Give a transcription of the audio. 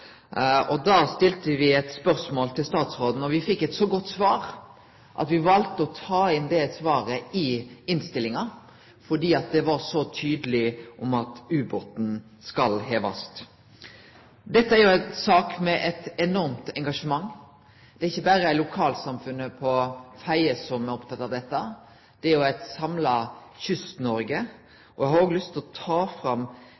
stilte me eit spørsmål til statsråden, og me fekk eit så godt svar at me valde å ta det inn i innstillinga, for det var så tydeleg på at ubåten skulle hevast. Dette er ei sak med eit enormt engasjement. Det er ikkje berre lokalsamfunnet på Fedje som er oppteke av dette, det er òg eit samla Kyst-Noreg. Eg har òg lyst til å trekkje fram